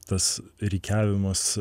tas rikiavimas